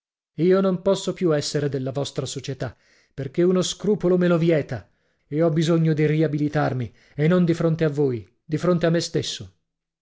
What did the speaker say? io non posso più essere della vostra società perché uno scrupolo me lo vieta e ho bisogno di riabilitarmi e non di fronte a voi di fronte a me stesso